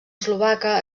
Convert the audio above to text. eslovaca